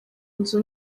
nzu